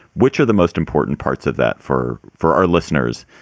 which are the most important parts of that for for our listeners,